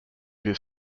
his